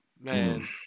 Man